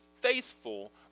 faithful